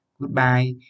Goodbye